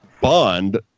bond